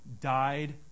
died